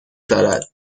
دارد